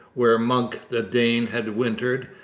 where munck the dane had wintered,